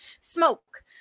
smoke